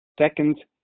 Second